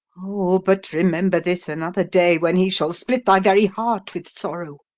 o, but remember this another day, when he shall split thy very heart with sorrow,